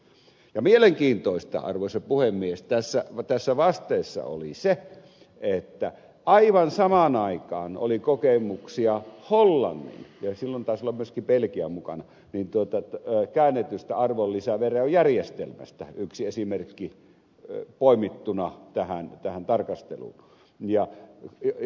mielenkiintoista arvoisa puhemies tässä vasteessa oli se että aivan samaan aikaan oli kokemuksia hollannin ja silloin taisi olla myöskin belgia mukana käännetystä arvonlisäverojärjestelmästä yksi esimerkki poimittuna tähän tarkasteluun